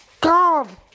god